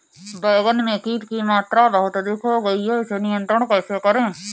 बैगन में कीट की मात्रा बहुत अधिक हो गई है इसे नियंत्रण कैसे करें?